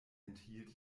enthielt